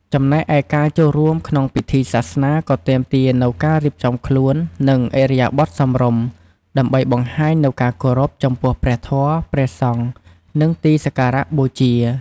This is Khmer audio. ចំណែកឯ ការចូលរួមក្នុងពិធីសាសនា ក៏ទាមទារនូវការរៀបចំខ្លួន និងឥរិយាបថសមរម្យ ដើម្បីបង្ហាញនូវការគោរពចំពោះព្រះធម៌ ព្រះសង្ឃ និងទីសក្ការៈបូជា។